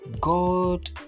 god